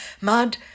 mud